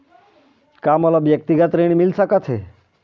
का मोला व्यक्तिगत ऋण मिल सकत हे?